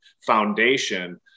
foundation